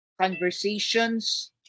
conversations